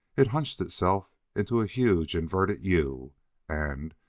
it hunched itself into a huge inverted u and,